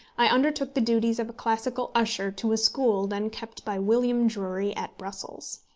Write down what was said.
i undertook the duties of a classical usher to a school then kept by william drury at brussels.